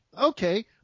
okay